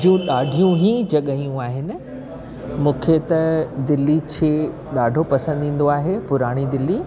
जो ॾाढियूं ई जॻहियूं आहिनि मूंखे त दिल्ली छह ॾाढो पसंदि ईंदो आहे पुराणी दिल्ली